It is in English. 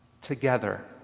together